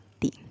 ti